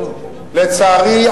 לצערי,